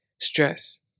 stress